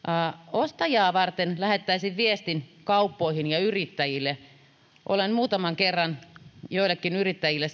ostajia varten lähettäisin viestin kauppoihin ja yrittäjille ja olen muutaman kerran joillekin yrittäjille